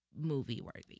movie-worthy